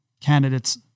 candidates